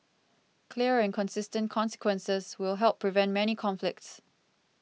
clear and consistent consequences will help prevent many conflicts